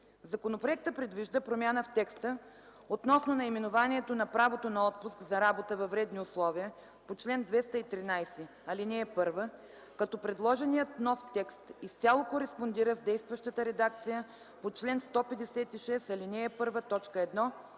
Законопроектът предвижда промяна в текста относно наименованието на правото на отпуск за работа във вредни условия по чл. 213, ал. 1, като предложеният нов текст изцяло кореспондира с действащата редакция по чл. 156, ал. 1,